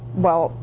well,